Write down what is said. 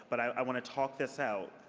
but i want to talk this out.